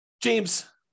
James